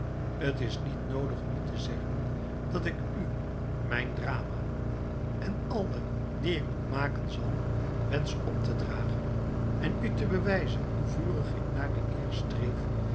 t is niet noodig u te zeggen dat ik u mijn drama en alle die ik nog maken zal wensch op te dragen en u te bewijzen hoe vurig ik naar de eer streef